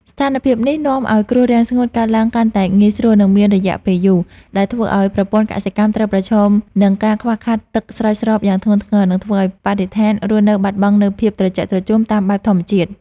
ស្ថានភាពនេះនាំឱ្យគ្រោះរាំងស្ងួតកើតឡើងកាន់តែងាយស្រួល និងមានរយៈពេលយូរ ដែលធ្វើឱ្យប្រព័ន្ធកសិកម្មត្រូវប្រឈមនឹងការខ្វះខាតទឹកស្រោចស្រពយ៉ាងធ្ងន់ធ្ងរ និងធ្វើឱ្យបរិស្ថានរស់នៅបាត់បង់នូវភាពត្រជាក់ត្រជុំតាមបែបធម្មជាតិ។